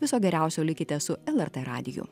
viso geriausio likite su lrt radiju